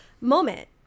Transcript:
moment